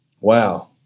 Wow